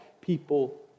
people